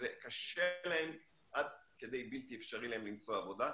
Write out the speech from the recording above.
וקשה להם עד כדי בלתי אפשרי להם למצוא עבודה.